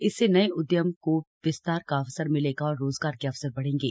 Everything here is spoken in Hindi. इससे इन उद्यमों को विस्तार का अवसर मिलेगा और रोजगार के अवसर बढ़ेंगे